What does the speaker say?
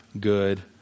good